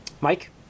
mike